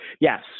Yes